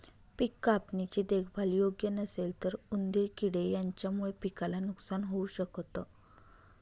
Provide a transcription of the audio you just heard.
पिक कापणी ची देखभाल योग्य नसेल तर उंदीर किडे यांच्यामुळे पिकाला नुकसान होऊ शकत